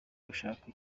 gushaka